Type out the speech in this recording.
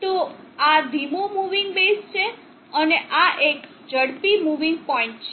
તો આ ધીમો મૂવિંગ બેઝ છે અને આ એક ઝડપી મૂવિંગ પોઇન્ટ છે